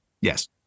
Yes